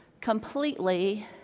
completely